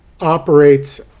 operates